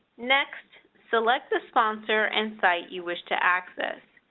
next, select the sponsor and site you wish to access.